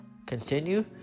continue